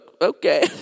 okay